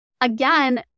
again